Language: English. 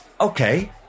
okay